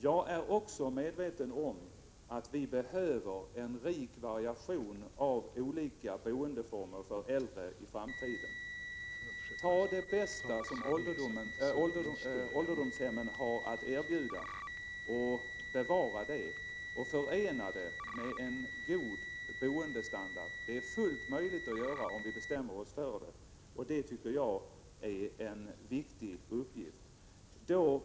Också jag är medveten om att vi kommer att behöva en rik variation av olika boendeformer för äldre i framtiden. Låt oss bevara det bästa som ålderdomshemmen har att erbjuda och förena det med en god boendestandard! Det är fullt möjligt att göra detta, om vi bestämmer oss för det. Jag ser detta som en viktig uppgift.